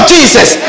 Jesus